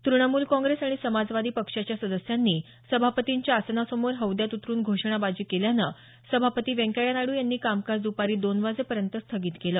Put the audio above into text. तूणमूल काँग्रेस आणि समाजवादी पक्षाच्या सदस्यांनी सभापतींच्या आसना समोर हौद्यात उतरुन घोषणा बाजी केल्यानं सभापती व्यंकय्या नायडू यांनी कामकाज दुपारी दोन वाजेपर्यंत स्थगित केलं